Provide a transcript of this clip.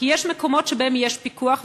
כי יש מקומות שבהם יש פיקוח,